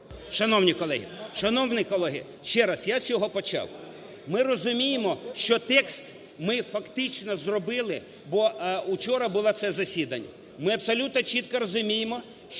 шановні колеги! Ще раз, я з цього почав. Ми розуміємо, що текст ми фактично зробили, бо учора було це засідання. Ми абсолютно чітко розуміємо, що